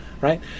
right